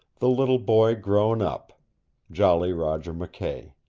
the little boy grown up jolly roger mckay.